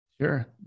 Sure